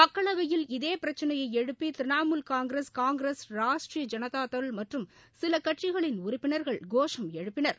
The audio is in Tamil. மக்களவையில் இதே பிரச்சினையை எழுப்பி திரிணமூல் காங்கிரஸ் காங்கிரஸ் ராஷ்ட்ரீய ஜனதாதள் மற்றும் சில கட்சிகளின் உறுப்பினர்கள் கோஷம் எழுப்பினர்